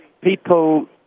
people